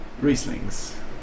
Rieslings